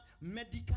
medical